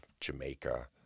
Jamaica